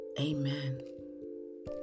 amen